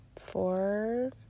four